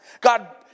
God